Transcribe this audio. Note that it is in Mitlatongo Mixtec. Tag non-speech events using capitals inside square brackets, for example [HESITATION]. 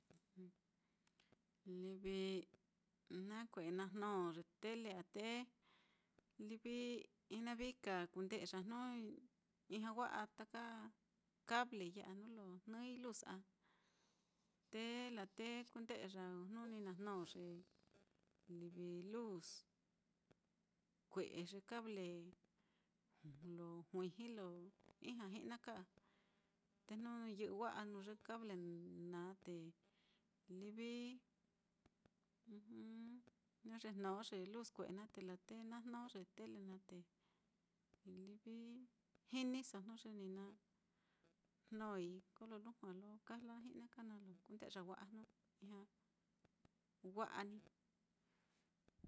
Livi, nakue'e na jnó ye tele á te [NOISE] livi jinavi ka kunde'ya jnu ijña wa'a taka cablei ya á, nuu lo jnɨi luz á, te laa te kunde'ya jnu ni na jnó ye livi luz kue'e ye cable lo juiji lo ijña jijna ka á, te jnu yɨ'ɨ wa'a nuu ye cable naá, te livi [HESITATION] jnu ye jnó ye luz kue'e naá, te laa te na jnó ye tele naá te livi jiniso jnu ye ni na jnói, kolo lujua lo kajla ji'naka lo kunde'ya wa'a jnu ijña wa'a ní.